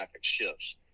shifts